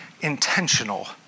intentional